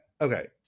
Okay